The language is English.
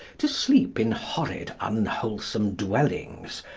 to sleep in horrid, unwholesome dwellings,